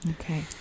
Okay